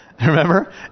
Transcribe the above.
remember